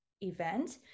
event